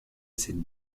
cette